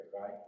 right